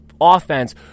offense